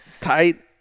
tight